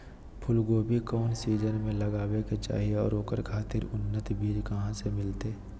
फूलगोभी कौन सीजन में लगावे के चाही और ओकरा खातिर उन्नत बिज कहा से मिलते?